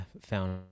found